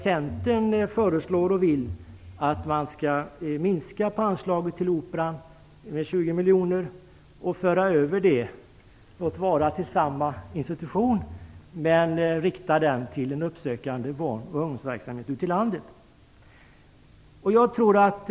Centern föreslår där att man skall minska anslaget till Operan med 20 miljoner som skall användas till den uppsökande barn och ungdomsverksamheten ute i landet, visserligen inom samma institution.